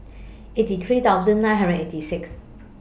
eighty three thousand nine hundred and eighty six